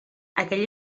aquella